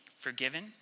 forgiven